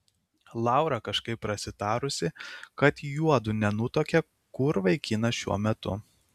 laura kažkaip prasitarusi kad juodu nenutuokią kur vaikinas šiuo metu